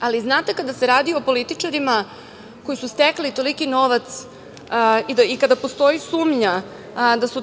ali znate, kada se radi o političarima koji su stekli toliki novac i kada postoji sumnja da su